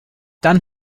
dann